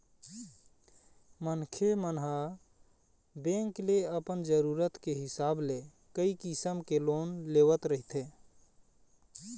मनखे ह बेंक ले अपन जरूरत के हिसाब ले कइ किसम के लोन लेवत रहिथे